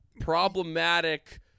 problematic